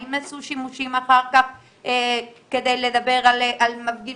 האם עשו שימוש אחר כך כדי לדבר על מפגין